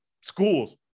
schools